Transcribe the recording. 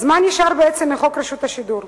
אז מה נשאר בעצם מחוק רשות השידור?